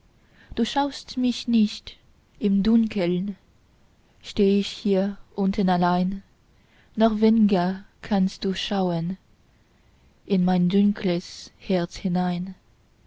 du schaust mich nicht im dunkeln steh ich hier unten allein noch wen'ger kannst du schauen in mein dunkles herz hinein